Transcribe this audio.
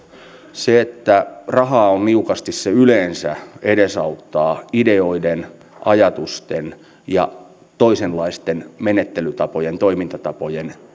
se että rahaa on niukasti yleensä edesauttaa ideoiden ajatusten ja toisenlaisten menettelytapojen toimintatapojen